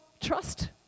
Trust